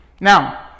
Now